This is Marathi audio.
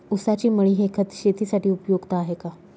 ऊसाची मळी हे खत शेतीसाठी उपयुक्त आहे का?